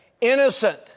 innocent